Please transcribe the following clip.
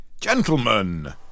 Gentlemen